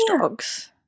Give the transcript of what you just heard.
dogs